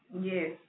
Yes